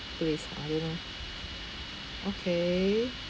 place ah I don't know okay